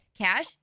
cash